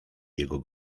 jego